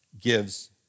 gives